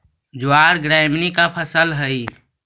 ज्वार ग्रैमीनी का फसल हई